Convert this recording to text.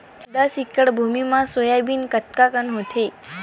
दस एकड़ भुमि म सोयाबीन कतका कन होथे?